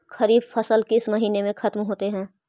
खरिफ फसल किस महीने में ख़त्म होते हैं?